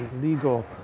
legal